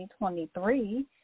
2023